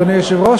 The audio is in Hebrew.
אדוני היושב-ראש,